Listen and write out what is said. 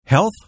Health